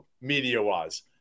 media-wise